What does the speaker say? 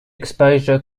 exposure